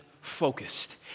focused